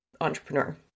entrepreneur